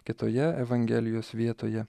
kitoje evangelijos vietoje